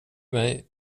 mig